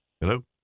Hello